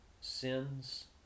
sins